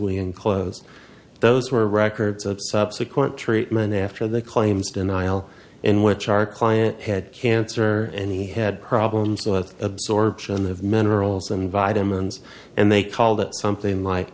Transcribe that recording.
we enclose those were records of subsequent treatment after the claims denial in which our client had cancer and he had problems with absorption of minerals and vitamins and they called it something like